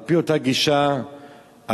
על-פי אותה גישה של הוועדה,